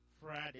Friday